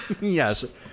Yes